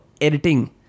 editing